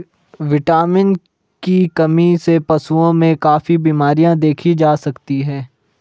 vitamin की कमी से पशुओं में काफी बिमरियाँ देखी जा सकती हैं